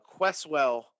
Questwell